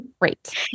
great